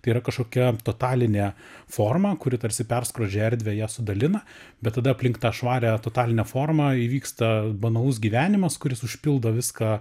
tai yra kažkokia totalinė forma kuri tarsi perskrodžia erdvę ją sudalina bet tada aplink tą švarią totalinę formą įvyksta banalus gyvenimas kuris užpildo viską